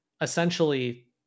essentially